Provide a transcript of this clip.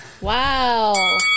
Wow